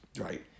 Right